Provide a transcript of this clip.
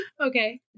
Okay